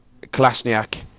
Klasniak